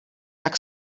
tak